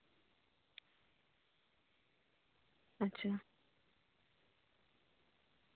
ᱟᱪᱪᱷᱟ